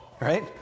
right